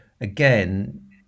again